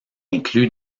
inclus